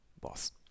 boss